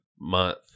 month